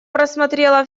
просмотрела